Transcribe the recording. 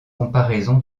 comparaison